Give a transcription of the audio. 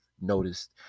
noticed